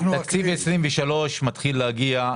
תקציב 2023 מתחיל להגיע.